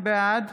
בעד